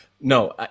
No